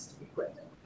equipment